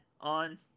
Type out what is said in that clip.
on